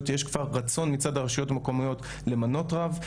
יש כבר רצון מצד הרשויות המקומיות למנות רב,